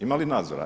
Ima li nadzora?